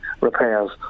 repairs